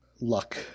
Luck